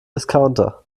discounter